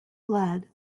lead